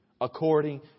According